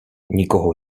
nikoho